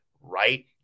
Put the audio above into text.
right